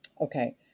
okay